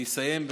אני אסיים,